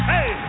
Hey